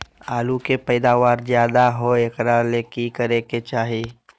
आलु के पैदावार ज्यादा होय एकरा ले की करे के चाही?